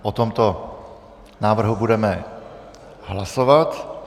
O tomto návrhu budeme hlasovat.